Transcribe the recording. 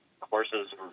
horses